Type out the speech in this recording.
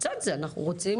לצד זה אנחנו רוצים